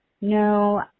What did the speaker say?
No